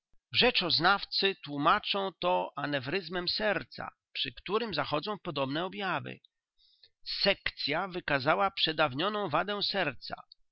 rzeczoznawcy tłómaczą to anewryzmem serca przy którym zachodzą podobne objawy sekcya wykazała przedawnioną wadę serca